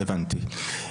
הבנתי.